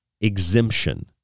exemption